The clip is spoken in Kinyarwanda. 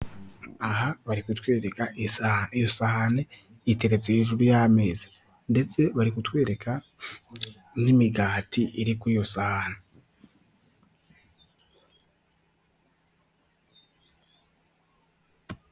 Aha bari kutwereka isahani iyo sahani iteretse hejuru y'amezi ndetse bari kutwereka n'imigati iri kuri iyo sahani.